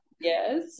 Yes